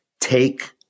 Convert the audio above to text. take